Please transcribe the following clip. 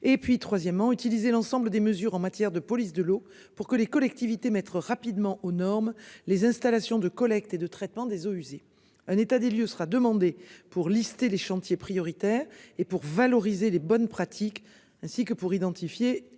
et puis troisièmement utiliser l'ensemble des mesures en matière de police de l'eau pour que les collectivités mettre rapidement aux normes les installations de collecte et de traitement des eaux usées, un état des lieux sera demandé pour lister les chantiers prioritaires et pour valoriser les bonnes pratiques ainsi que pour identifier